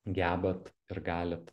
gebat ir galit